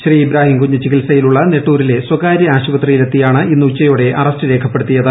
ശ്രീ ഇബ്രാഹിംകുഞ്ഞ് ചികിത്സയിലുള്ള നെട്ടൂരിലുള്ള സ്വകാര്യആശുപത്രിയിലെത്തിയാണ് ഇന്ന് ഉച്ചയോടെ അറസ്റ്റ് രേഖപ്പെടുത്തിയത്